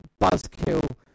buzzkill